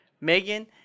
Megan